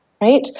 right